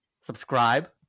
subscribe